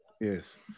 yes